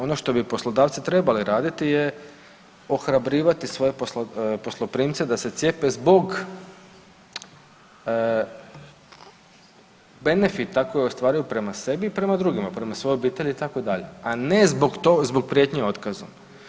Ono što bi poslodavci trebali raditi je ohrabrivati svoje posloprimce da se cijepe zbog benefita koje ostvaruju prema sebi i prema drugima, prema svojoj obitelji itd., a ne zbog prijetnje otkazom.